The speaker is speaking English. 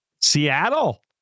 Seattle